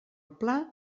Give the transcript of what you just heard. pla